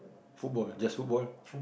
football just football